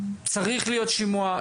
צריך להיות שימוע,